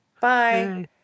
Bye